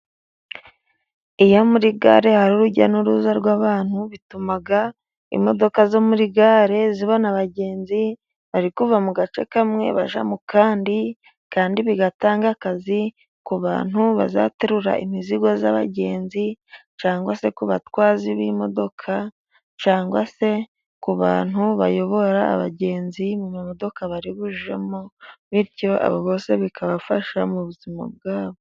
Iyo muri gare hari urujya n'uruza rw'abantu bituma imodoka zo muri gare zibona abagenzi, bari kuva mu gace kamwe bajya mu kandi. Kandi bigatanga akazi ku bantu bazaterura imizigo y'abagenzi cyangwa se ku batwazi b'imodoka cyangwa se ku bantu bayobora abagenzi mu modoka bari bujyemo bityo abo bose bikabafasha mu buzima bwabo.